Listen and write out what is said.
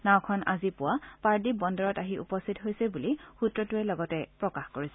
নাওখন আজি পুৱা পাৰাদ্বীপ বন্দৰত আহি উপস্থিত হৈছে বুলি সূত্ৰটোৱে লগতে প্ৰকাশ কৰিছে